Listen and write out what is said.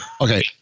Okay